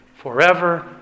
Forever